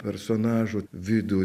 personažų vidų